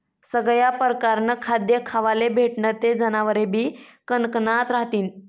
सगया परकारनं खाद्य खावाले भेटनं ते जनावरेबी कनकनात रहातीन